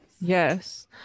Yes